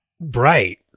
bright